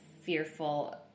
fearful